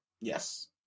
Yes